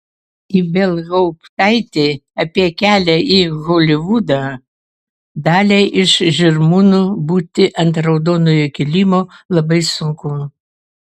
ibelhauptaitė apie kelią į holivudą daliai iš žirmūnų būti ant raudonojo kilimo labai sunku